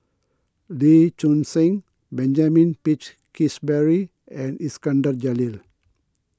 Lee Choon Seng Benjamin Peach Keasberry and Iskandar Jalil